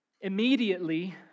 Immediately